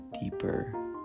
deeper